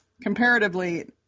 comparatively